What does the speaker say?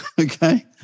Okay